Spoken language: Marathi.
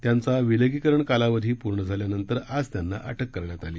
त्यांचा विलगीकरण कालावधी पूर्ण झाल्यानंतर आज त्यांना अटक करण्यात आली